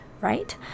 right